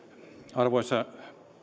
arvoisa